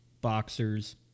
boxers